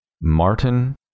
Martin